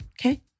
Okay